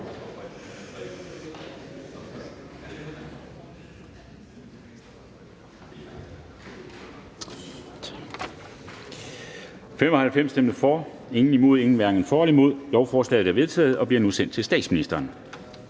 hverken for eller imod stemte 8 (DF). Lovforslaget er vedtaget og bliver nu sendt til statsministeren.